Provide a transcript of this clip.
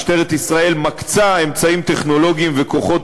משטרת ישראל מקצה אמצעים טכנולוגיים וכוחות